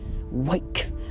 Wake